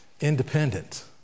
independent